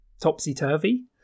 topsy-turvy